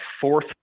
fourth